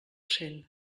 cent